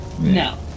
No